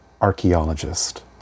archaeologist